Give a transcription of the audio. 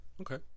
Okay